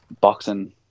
boxing